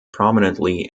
prominently